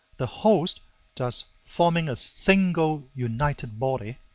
the host thus forming a single united body,